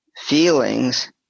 feelings